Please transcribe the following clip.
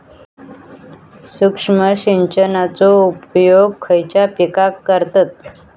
सूक्ष्म सिंचनाचो उपयोग खयच्या पिकांका करतत?